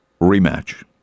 rematch